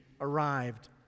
arrived